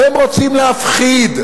אתם רוצים להפחיד,